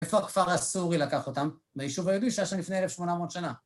‫איפה הכפר הסורי לקח אותם? ‫ביישוב היהודי, ‫שהיה שם לפני 1,800 שנה.